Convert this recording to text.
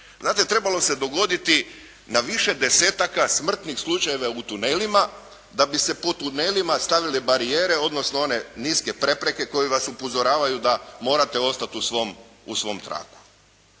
trebalo se dogoditi na više desetaka smrtnih slučajeva u tunelima da bi se po tunelima stavile barijere odnosno one niske prepreka koje vas upozoravaju da morate ostati u svom traku.